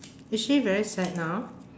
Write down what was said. is she very sad now